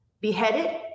beheaded